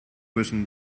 müssen